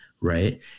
right